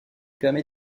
permit